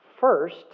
first